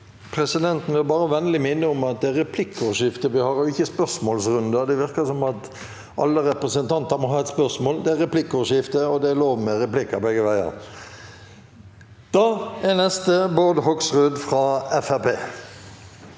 Presidenten vil bare vennlig minne om at det er replikkordskifte vi har, og ikke spørsmålsrunde. Det virker som om alle representanter må ha et spørsmål. Det er replikkordskifte, og det er lov med replikker begge veier. Bård Hoksrud (FrP)